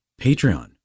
Patreon